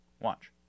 Watch